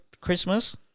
Christmas